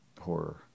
horror